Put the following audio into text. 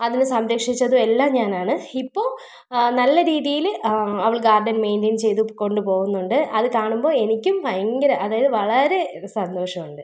അതിനെ സംരക്ഷിച്ചതും എല്ലാം ഞാനാണ് ഇപ്പോൾ നല്ല രീതിയിൽ അവൾ ഗാർഡൻ മെയിൻറ്റെയ്ൻ ചെയ്ത് കൊണ്ട് പോവുന്നുണ്ട് അത് കാണുമ്പോൾ എനിക്കും ഭയങ്കര അതായത് വളരെ സന്തോഷമുണ്ട്